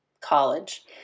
college